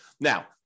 Now